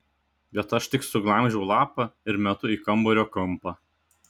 bet aš tik suglamžau lapą ir metu į kambario kampą